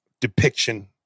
depiction